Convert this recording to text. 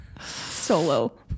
solo